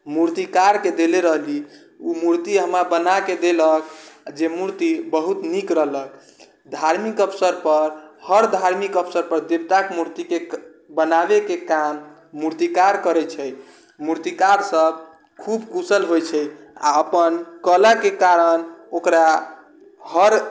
मूर्तिकारके देले रहली ओ मूर्ति हमरा बनाके देलक जे मूर्ति बहुत नीक रहलक धार्मिक अवसरपर हर धार्मिक अवसरपर देवताके मूर्तिके बनाबैके काम मूर्तिकार करै छै मूर्तिकारसब खूब कुशल होइ छै आओर अपन कलाके कारण ओकरा हर